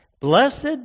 Blessed